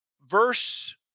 verse